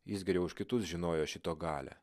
jis geriau už kitus žinojo šito galią